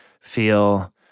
feel